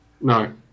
No